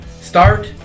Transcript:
start